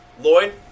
Lloyd